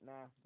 Nah